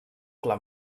clar